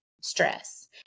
stress